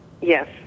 Yes